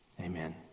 Amen